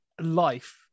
life